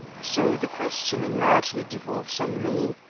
so the questioning largely devolves on me.